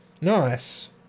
Nice